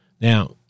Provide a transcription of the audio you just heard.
Now